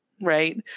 right